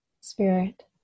spirit